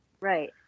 Right